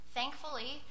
Thankfully